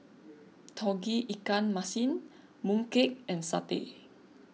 Tauge Ikan Masin Mooncake and Satay